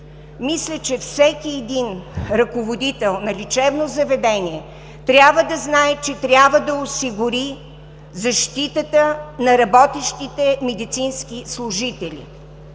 Мисля, че всеки един ръководител на лечебно заведение трябва да знае, че трябва да осигури защитата на работещите медицински служители.